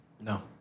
No